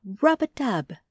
rub-a-dub